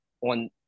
on